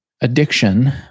addiction